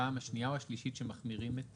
זו הפעם השנייה או השלישית שמחמירים את